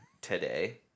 today